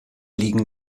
liegen